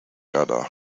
other